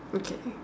okay